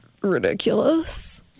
ridiculous